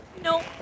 No